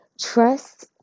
trust